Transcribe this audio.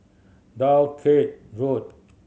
Dalkeith Road